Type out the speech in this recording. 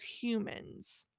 humans